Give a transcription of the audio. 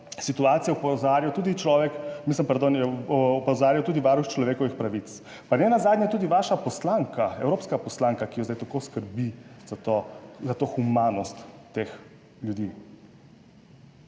pardon, je opozarjal tudi Varuh človekovih pravic. Pa nenazadnje tudi vaša poslanka, evropska poslanka, ki je zdaj tako skrbi za to, da to humanost teh ljudi,